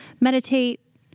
meditate